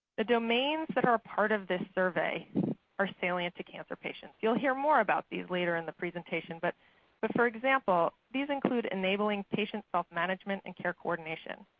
the domains and that're part of this survey are salient to cancer patients. you'll hear more about these later in the presentation. but but for example these include enabling patient self-management and care coordination.